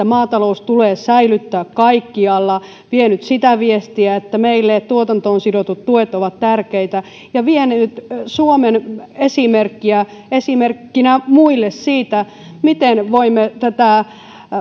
maatalous tulee säilyttää kaikkialla vienyt sitä viestiä että meille tuotantoon sidotut tuet ovat tärkeitä ja vienyt suomen esimerkkiä esimerkkinä muille siitä miten voimme tätä